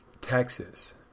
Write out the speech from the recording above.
Texas